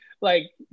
Like-